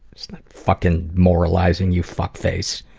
stop fucking moralizing, you fuck face,